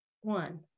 One